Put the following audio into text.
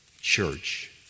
church